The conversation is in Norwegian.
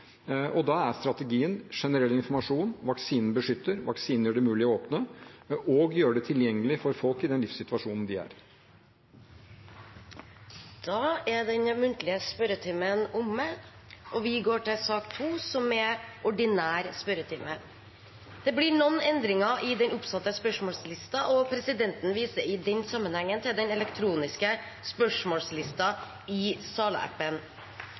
Da er strategien generell informasjon: Vaksine beskytter, vaksine gjør det mulig å åpne samfunnet og gjøre det tilgjengelig for folk i den livssituasjonen de er i. Den muntlige spørretimen er omme. Det blir noen endringer i den oppsatte spørsmålslisten, og presidenten viser i den sammenheng til den elektroniske spørsmålslisten i salappen.